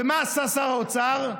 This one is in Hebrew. ומה עשה שר האוצר?